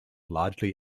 largely